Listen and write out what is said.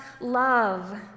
love